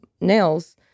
nails